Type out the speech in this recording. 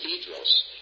cathedrals